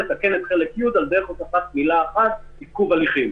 לתקן את חלק י' בדרך של הוספת שתי מילים: "עיכוב הליכים".